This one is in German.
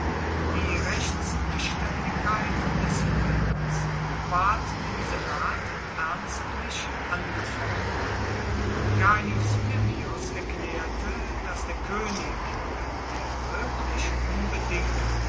die rechtsbeständigkeit des friedens ward im senat ernstlich angefochten gaius memmius erklärte daß der könig wenn er wirklich unbedingt